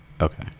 Okay